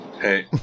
Hey